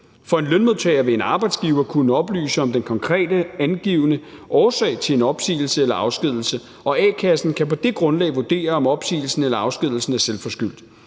For en lønmodtager vil en arbejdsgiver kunne oplyse den konkrete, angivne årsag til en opsigelse eller afskedigelse, og a-kassen kan på det grundlag vurdere, om opsigelsen eller afskedigelsen er selvforskyldt.